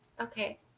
Okay